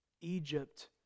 Egypt